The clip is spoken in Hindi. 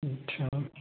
अच्छा